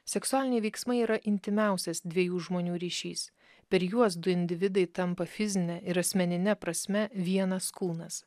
seksualiniai veiksmai yra intymiausias dviejų žmonių ryšys per juos du individai tampa fizine ir asmenine prasme vienas kūnas